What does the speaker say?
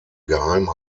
geheim